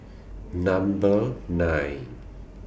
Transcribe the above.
Number nine